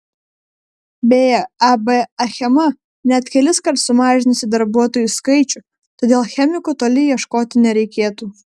beje ab achema net keliskart sumažinusi darbuotojų skaičių todėl chemikų toli ieškoti nereikėtų